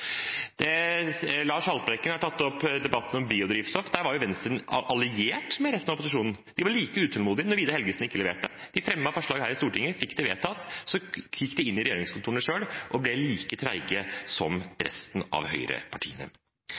Lars Haltbrekken har tatt opp debatten om biodrivstoff. Der var Venstre alliert med resten av opposisjonen. De var like utålmodige da Vidar Helgesen ikke leverte. De fremmet forslag her i Stortinget og fikk det vedtatt. Så gikk de inn i regjeringskontorene selv og ble like trege som resten av høyrepartiene.